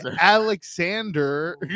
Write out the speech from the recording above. Alexander